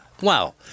Wow